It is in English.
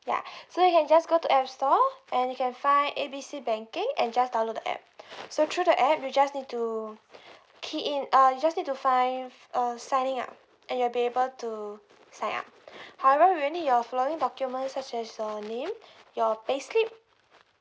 ya so you can just go to app store and you can find A B C banking and just download the app so through the app you just need to key in uh you just need to find uh signing up and you'll be able to sign up however we'll need your following documents such as your name your payslip